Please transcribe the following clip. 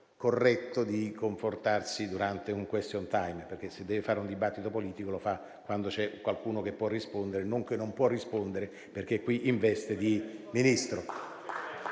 corretto di comportarsi durante un *question time*. Se deve fare un dibattito politico, lo fa quando c'è qualcuno che può rispondere e non quando c'è qualcuno che non può rispondere perché qui in veste di Ministro.